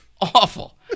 Awful